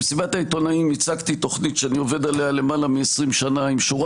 במסיבת העיתונאים הצגתי תוכנית שאני עובד עליה למעלה מ-20 שנה עם שורה